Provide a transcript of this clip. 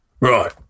Right